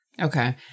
Okay